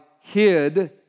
hid